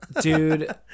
Dude